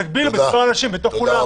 תגבילו את מספר האנשים באולם,